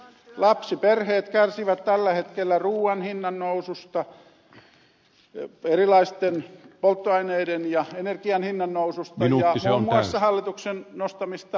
lapsiperheet kärsivät tällä hetkellä ruuan hinnannoususta erilaisten polttoaineiden ja energian hinnannoususta ja muun muassa hallituksen nostamista palvelumaksuista